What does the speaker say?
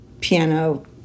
piano